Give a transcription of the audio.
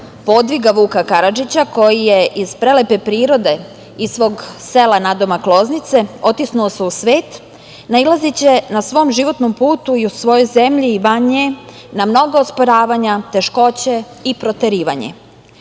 podviga Vuka Karadžića koji je iz prelepe prirode, iz svog sela nadomak Loznice, otisnuo se u svet nailazeći na svom životnom putu i u svojoj zemlji i van nje na mnoga osporavanja, teškoće i proterivanje. Često